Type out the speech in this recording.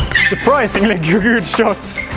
surprisingly good shots